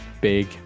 big